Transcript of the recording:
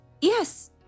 Yes